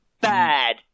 Bad